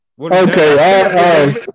Okay